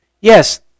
Yes